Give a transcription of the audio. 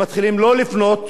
מתחילים לא לפנות